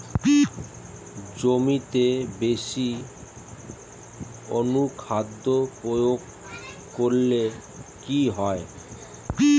জমিতে বেশি অনুখাদ্য প্রয়োগ করলে কি হয়?